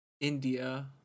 India